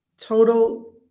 total